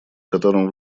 которым